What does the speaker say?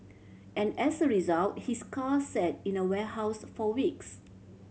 and as a result his car sat in a warehouse for weeks